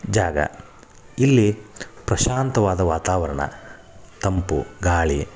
ಜಾಗ ಇಲ್ಲಿ ಪ್ರಶಾಂತವಾದ ವಾತಾವರಣ ತಂಪು ಗಾಳಿ